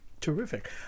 Terrific